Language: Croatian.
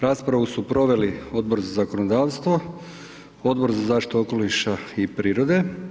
Raspravu su proveli Odbor za zakonodavstvo, Odbor za zaštitu okoliša i prirode.